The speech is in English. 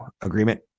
agreement